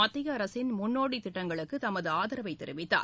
மத்திய அரசின் முன்னோடி திட்டங்களுக்கு தமது ஆதரவை தெரிவித்தார்